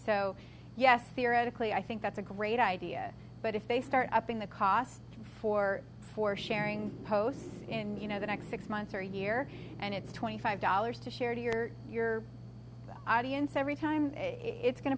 so yes theoretically i think that's a great idea but if they start up in the cost for for sharing post and you know the next six months or a year and it's twenty five dollars to share to your your audience every time it's going